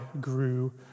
grew